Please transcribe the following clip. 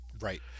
Right